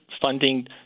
funding